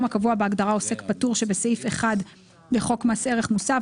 הקבוע בהגדרה "עוסק פטור" שבסעיף 1 לחוק מס ערך מוסף,